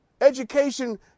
education